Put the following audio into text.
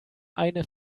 eine